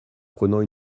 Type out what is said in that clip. prenant